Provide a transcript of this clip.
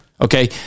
okay